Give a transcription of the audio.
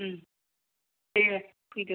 दे फैदो